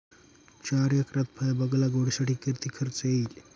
चार एकरात फळबाग लागवडीसाठी किती खर्च येईल?